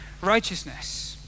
righteousness